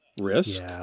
risk